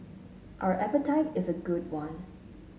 our appetite is a good one